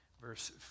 verse